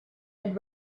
had